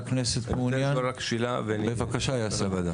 בבקשה, יאסר.